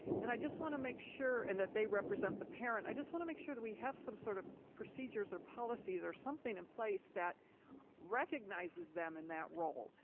and i just want to make sure, and that they represent the parent, i just want to make sure that we have some sort of procedures or policies or something in place that recognizes them in that role.